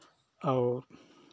और